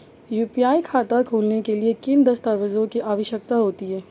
UPI खाता खोलने के लिए किन दस्तावेज़ों की आवश्यकता होती है?